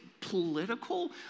political